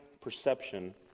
perception